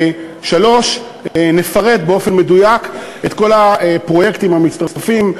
3. נפרט באופן מדויק את כל הפרויקטים המצטרפים.